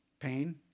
Pain